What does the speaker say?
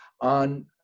on